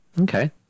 Okay